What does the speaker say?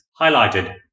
highlighted